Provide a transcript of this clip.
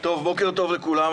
בוקר טוב לכולם,